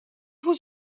was